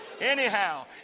Anyhow